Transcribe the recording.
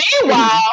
meanwhile